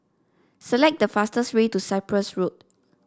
select the fastest way to Cyprus Road